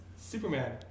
Superman